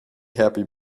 happy